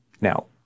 Now